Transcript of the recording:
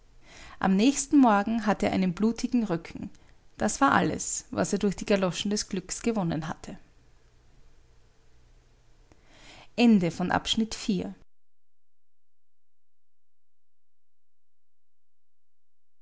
am nächsten morgen hatte er einen blutigen rücken das war alles was er durch die galoschen des glückes gewonnen hatte